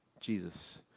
Jesus